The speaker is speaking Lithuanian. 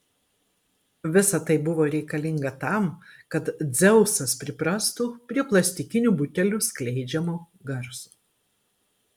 visa tai buvo reikalinga tam kad dzeusas priprastų prie plastikinių butelių skleidžiamo garso